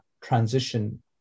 transition